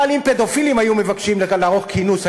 אבל אם פדופילים היו מבקשים לערוך כינוס,